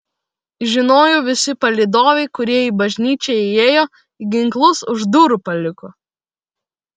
žinojau visi palydovai kurie į bažnyčią įėjo ginklus už durų paliko